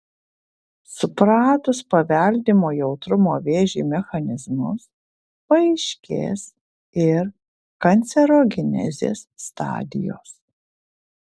supratus paveldimo jautrumo vėžiui mechanizmus paaiškės ir kancerogenezės stadijos